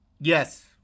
Yes